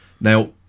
Now